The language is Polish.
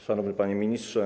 Szanowny Panie Ministrze!